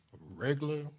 regular